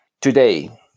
Today